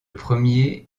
premier